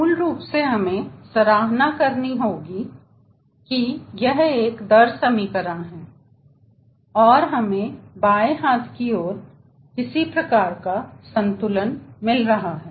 मूल रूप से हमें सराहना करनी होगी कि यह एक दर समीकरण है और हमें बाएं हाथ की ओर किसी प्रकार का संतुलन मिल रहा है